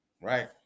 right